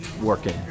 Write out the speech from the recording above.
working